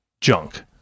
junk